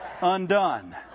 undone